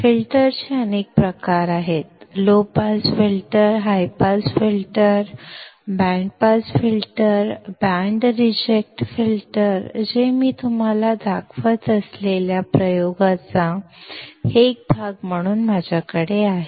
फिल्टरचे अनेक प्रकार आहेत low pass filter high pass filter band pass filter band reject filter जे मी तुम्हाला दाखवत असलेल्या प्रयोगाचा एक भाग म्हणून माझ्याकडे आहे